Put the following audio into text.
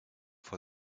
for